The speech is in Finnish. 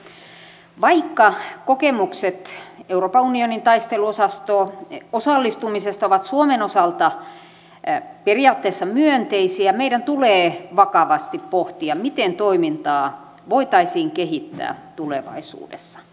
vaikka kokemukset euroopan unionin taisteluosastoon osallistumisesta ovat suomen osalta periaatteessa myönteisiä meidän tulee vakavasti pohtia miten toimintaa voitaisiin kehittää tulevaisuudessa